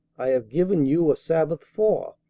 i have given you a sabbath' for?